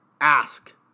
ask